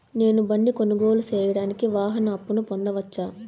నేను బండి కొనుగోలు సేయడానికి వాహన అప్పును పొందవచ్చా?